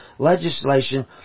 legislation